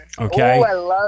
okay